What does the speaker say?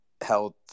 health